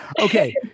okay